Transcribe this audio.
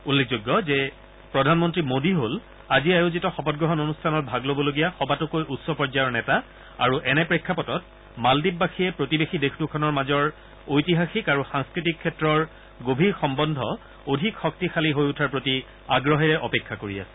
উল্লেখযোগ্য যে প্ৰধানমন্তী মোদী হ'ল আজি আয়োজিত শপতগ্ৰহণ অনুষ্ঠানত ভাগ লবলগীয়া সবাতোকৈ উচ্চ পৰ্যায়ৰ নেতা আৰু এনে প্ৰেক্ষাপটত মালদ্বীপ বাসীয়ে প্ৰতিবেশী দেশ দুখনৰ মাজৰ ঐতিহাসিকৰ আৰু সাংস্কৃতিক ক্ষেত্ৰৰ গভীৰ সম্বন্ধ অধিক শক্তিশালী হৈ উঠাৰ প্ৰতি আগ্ৰহেৰে অপেক্ষা কৰি আছে